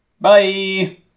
Bye